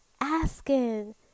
Asking